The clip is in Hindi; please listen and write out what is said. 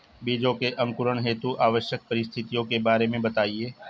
बीजों के अंकुरण हेतु आवश्यक परिस्थितियों के बारे में बताइए